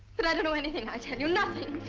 but i don't know anything i tell you, nothing!